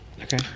okay